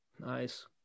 Nice